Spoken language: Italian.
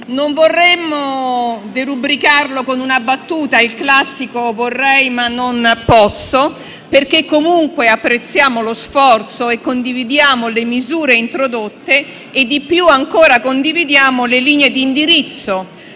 Non vorremmo derubricarlo, con una battuta, il classico «vorrei ma non posso», perché comunque apprezziamo lo sforzo e condividiamo le misure introdotte e - più ancora - le linee di indirizzo.